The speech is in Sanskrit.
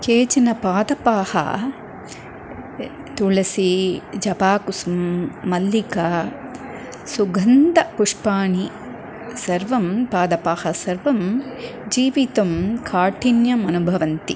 केचन पादपाः तुलसी जपाकुसुमं मल्लिका सुगन्ध पुष्पाणि सर्वं पादपाः सर्वं जीवितं काठिन्यम् अनुभवन्ति